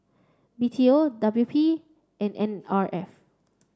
B T O W P and N R F